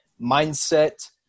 mindset